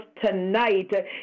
tonight